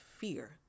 fear